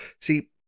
See